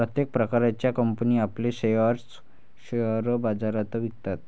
प्रत्येक प्रकारच्या कंपनी आपले शेअर्स शेअर बाजारात विकतात